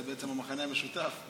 זה בעצם המכנה המשותף,